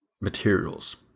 materials